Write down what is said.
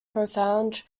profound